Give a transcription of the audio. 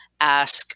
ask